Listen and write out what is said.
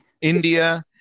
India